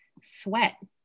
sweat